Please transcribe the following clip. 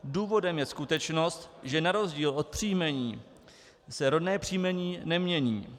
Důvodem je skutečnost, že na rozdíl od příjmení se rodné příjmení nemění.